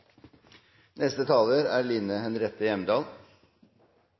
Neste taler er